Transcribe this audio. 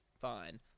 fine